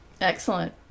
Excellent